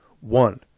One